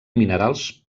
minerals